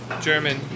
German